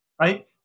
right